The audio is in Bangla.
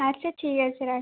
আচ্ছা ঠিক আছে রাখছি